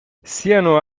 siano